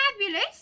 fabulous